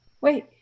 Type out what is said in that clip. wait